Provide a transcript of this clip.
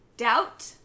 Doubt